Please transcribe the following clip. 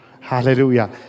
Hallelujah